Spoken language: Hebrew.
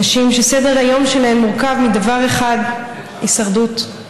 נשים שסדר-היום שלהן מורכב מדבר אחד, הישרדות,